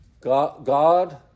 God